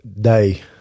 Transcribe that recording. day